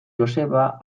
joseba